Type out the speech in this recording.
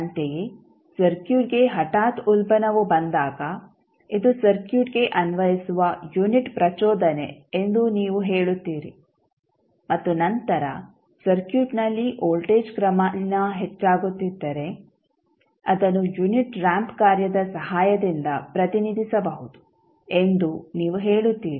ಅಂತೆಯೇ ಸರ್ಕ್ಯೂಟ್ಗೆ ಹಠಾತ್ ಉಲ್ಬಣವು ಬಂದಾಗ ಇದು ಸರ್ಕ್ಯೂಟ್ಗೆ ಅನ್ವಯಿಸುವ ಯುನಿಟ್ ಪ್ರಚೋದನೆ ಎಂದು ನೀವು ಹೇಳುತ್ತೀರಿ ಮತ್ತು ನಂತರ ಸರ್ಕ್ಯೂಟ್ನಲ್ಲಿ ವೋಲ್ಟೇಜ್ ಕ್ರಮೇಣ ಹೆಚ್ಚಾಗುತ್ತಿದ್ದರೆ ಅದನ್ನು ಯುನಿಟ್ ರಾಂಪ್ ಕಾರ್ಯದ ಸಹಾಯದಿಂದ ಪ್ರತಿನಿಧಿಸಬಹುದು ಎಂದು ನೀವು ಹೇಳುತ್ತೀರಿ